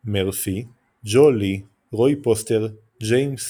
מרפי, ג'ו לי, רוי פוסטר, ג'יימס ס.